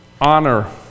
Honor